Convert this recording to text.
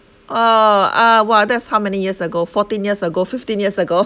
oh ah !wah! that is how many years ago fourteen years ago fifteen years ago